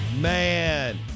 Man